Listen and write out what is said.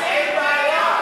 אז אין בעיה.